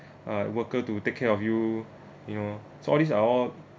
uh worker to take care of you you know so all this are all